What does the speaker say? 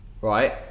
right